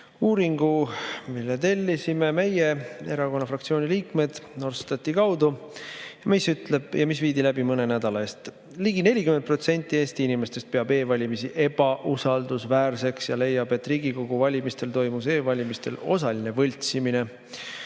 uuringu, mille tellisid meie erakonna fraktsiooni liikmed Norstati kaudu ja mis viidi läbi mõne nädala eest. See ütleb, et ligi 40% Eesti inimestest peab e-valimisi ebausaldusväärseks ja leiab, et Riigikogu valimistel toimus e-valimistel osaline võltsimine.